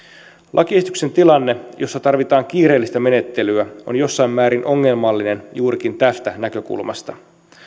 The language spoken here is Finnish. lakiesityksen tilanne jossa tarvitaan kiireellistä menettelyä on jossain määrin ongelmallinen juurikin tästä näkökulmasta